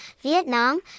Vietnam